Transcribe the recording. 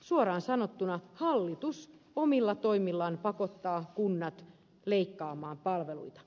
suoraan sanottuna hallitus omilla toimillaan pakottaa kunnat leikkaamaan palveluita